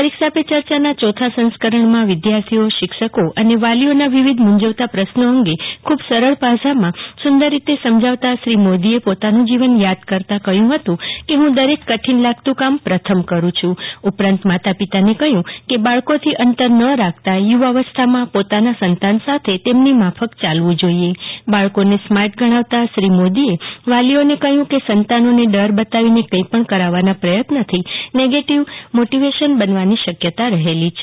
પરીક્ષા પે ચર્ચા ના ચોથા સંસ્કરણમાં વિદ્યાર્થીઓના અને શિક્ષકોના વિવિધ મૂંઝવતા પ્રશ્નો અંગે ખુબ સરળ ભાષામાં સુંદર રીતે સમજાવતા શ્રી મોદીએ પોતાનું જીવન યાદ કરતા કહ્યું હતું કે હું દરેક કઠીન લાગતું કામ પ્રથમ કરું છું ઉપરાંત માતાપિતાને કહ્યું કે બાળકો થી અંતર ન રાખતા યુવાવસ્થાના પોતાના સંતાન સાથે તેમની માફક ચાલવું જોઈએ બાળકોને સ્માર્ત ગણાવતા શ્રી મઓળીએ વાલીઓને કહ્યું કે સંતાનોને દર બતાવીને કઈ પણ કરાવવાના પ્રયત્નો થી નેગેટીવ મોટીવેશન બનવાની શક્યતા રહેલી છે